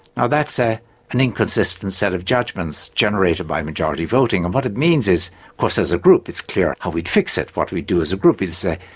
now that's ah an inconsistent set of judgments generated by majority voting, and what it means is, of course, as a group it's clear how we'd fix it. what we'd do as a group is say,